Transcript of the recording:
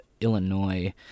Illinois